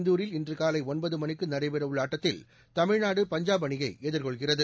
இந்தூரில் இன்றுகாலை ஒன்பது மணிக்கு நடைபெற உள்ள ஆட்டத்தில் தமிழ்நாடு பஞ்சாப் அணியை எதிர்கொள்கிறது